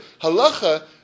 halacha